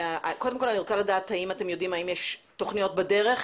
קודם כל אני רוצה לדעת האם אתם יודעים האם יש תכניות בדרך,